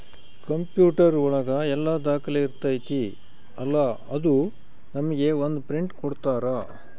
computer ಒಳಗ ಎಲ್ಲ ದಾಖಲೆ ಇರ್ತೈತಿ ಅಲಾ ಅದು ನಮ್ಗೆ ಒಂದ್ ಪ್ರಿಂಟ್ ಕೊಡ್ತಾರ